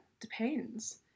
depends